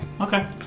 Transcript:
Okay